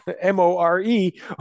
M-O-R-E